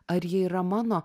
ar ji yra mano